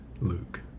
Luke